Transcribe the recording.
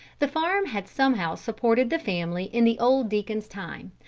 the farm had somehow supported the family in the old deacon's time,